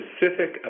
specific